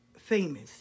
famous